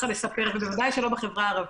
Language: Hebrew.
בוודאי שלא בחברה הערבית.